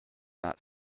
not